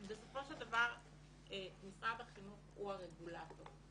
בסופו של דבר משרד החינוך הוא הרגולטור.